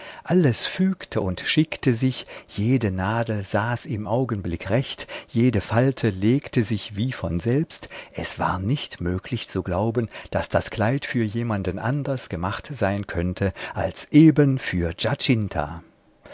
alles fügte und schickte sich jede nadel saß im augenblick recht jede falte legte sich wie von selbst es war nicht möglich zu glauben daß das kleid für jemanden anders gemacht sein könnte als eben für